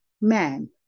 man